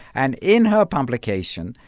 and in her publication,